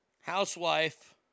housewife